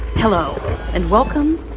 hello and welcome,